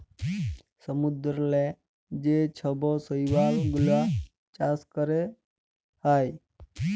সমুদ্দূরেল্লে যে ছব শৈবাল গুলাল চাষ ক্যরা হ্যয়